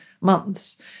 months